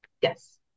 Yes